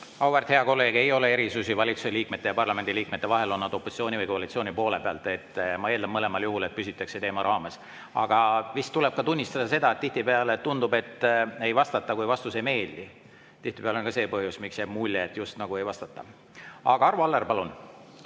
Auväärt hea kolleeg! Ei ole erisusi valitsuse liikmete ja parlamendi liikmete vahel, on nad siis opositsiooni või koalitsiooni poole pealt. Ma eeldan mõlemal juhul, et püsitakse teema raames. Aga vist tuleb ka tunnistada seda, et tihtipeale tundub, et ei vastata, kui vastus ei meeldi. Tihtipeale on ka see põhjus, miks jääb mulje, et just nagu ei vastata. Arvo Aller, palun!